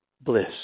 bliss